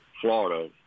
Florida